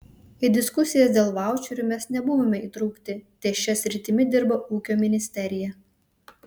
į diskusijas dėl vaučerių mes nebuvome įtraukti ties šia sritimi dirba ūkio ministerija